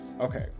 Okay